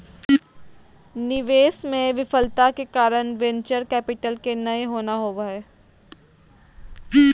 निवेश मे विफलता के कारण वेंचर कैपिटल के नय होना होबा हय